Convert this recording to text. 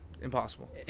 impossible